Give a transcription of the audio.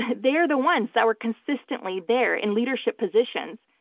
they're the ones that were consistently there in leadership positions.